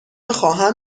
خواهم